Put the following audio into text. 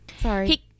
Sorry